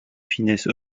finesse